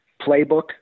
playbook